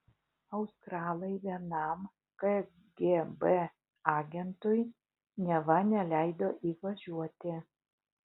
australai vienam kgb agentui neva neleido įvažiuoti